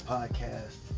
Podcast